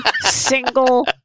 single